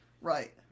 Right